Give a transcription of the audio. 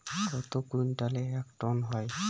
কত কুইন্টালে এক টন হয়?